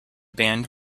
band